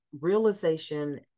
realization